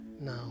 now